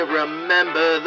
remember